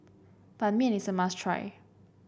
Ban Mian is a must try